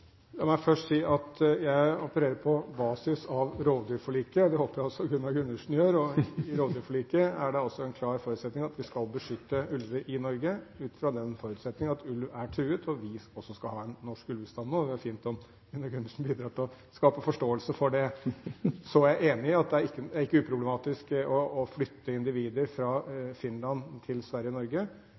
La meg først si at jeg opererer på basis av rovdyrforliket. Det håper jeg også Gunnar Gundersen gjør. I rovdyrforliket er det klart at vi skal beskytte ulver i Norge ut fra den forutsetning at ulv er truet, og at vi også skal ha en norsk ulvestamme. Det ville vært fint om Gunnar Gundersen bidrar til å skape forståelse for det. Så er jeg enig i at det ikke er uproblematisk å flytte individer fra Finland til Sverige og Norge.